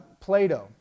Plato